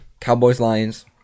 Cowboys-Lions